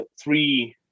three